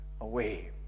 away